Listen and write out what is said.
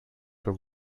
were